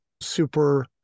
super